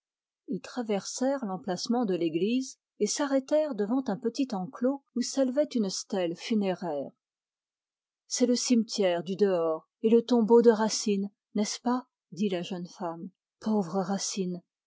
ils traversèrent l'emplacement de l'église et s'arrêtèrent devant un petit enclos où s'élevait une stèle funéraire c'est le cimetière du dehors et le tombeau de racine n'est-ce pas dit la jeune femme pauvre racine